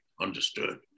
understood